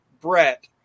Brett